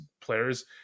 players